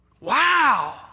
Wow